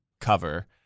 cover